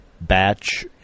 batch